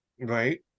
Right